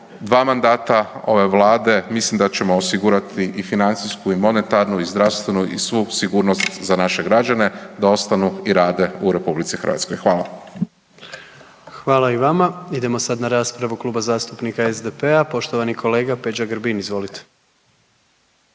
dva mandata ove vlade mislim da ćemo osigurati i financijsku i monetarnu i zdravstvenu i svu sigurnost za naše građane da ostanu i rade u RH. Hvala. **Jandroković, Gordan (HDZ)** Hvala i vama. Idemo sad na raspravu Kluba zastupnika SDP-a, poštovani kolega Peđa Grbin, izvolite.